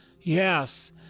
Yes